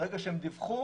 ברגע שהם דיווחו